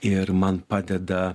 ir man padeda